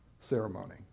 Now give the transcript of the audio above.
ceremony